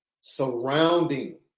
surrounding